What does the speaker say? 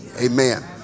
Amen